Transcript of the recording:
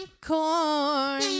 corn